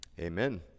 Amen